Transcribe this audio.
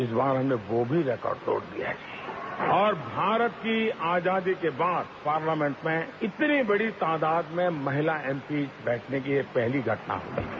इस बार हमने वो भी रिकॉर्ड तोड़ दिया और भारत की आजादी के बाद पार्लियामेंट में इतनी बड़ी तादाद में महिला एमपी बैठने की ये पहली घटना हुई है